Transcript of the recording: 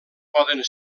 poden